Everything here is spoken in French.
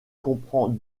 comprend